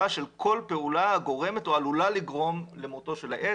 של כל פעולה הגורמת או עלולה לגרום למותו של העץ,